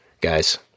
guys